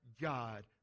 God